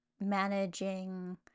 managing